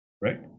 right